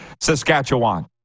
Saskatchewan